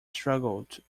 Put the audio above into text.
struggled